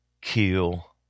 kill